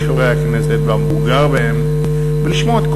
חברי הכנסת והמבוגר בהם ולשמוע את כולכם,